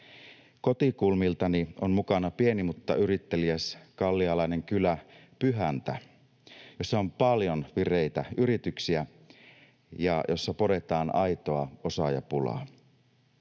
Kotikulmiltani on mukana pieni mutta yritteliäs gallialainen kylä Pyhäntä, jossa on paljon vireitä yrityksiä ja jossa podetaan aitoa osaajapulaa.